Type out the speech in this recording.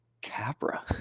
Capra